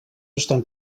estan